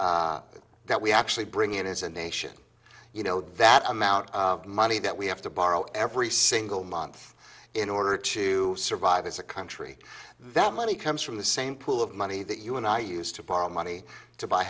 that that we actually bring in as a nation you know that amount of money that we have to borrow every single month in order to survive as a country that money comes from the same pool of money that you and i used to borrow money to buy